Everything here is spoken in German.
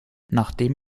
nachdem